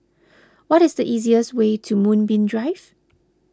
what is the easiest way to Moonbeam Drive